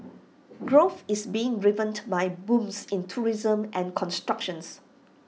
growth is being driven by booms in tourism and constructions